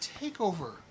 TakeOver